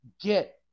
get